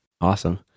Awesome